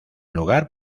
lugar